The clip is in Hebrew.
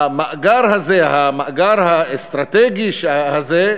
המאגר הזה, המאגר האסטרטגי הזה,